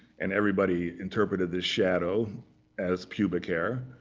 and everybody interpreted the shadow as pubic hair.